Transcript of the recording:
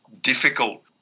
difficult